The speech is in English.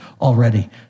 already